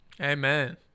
Amen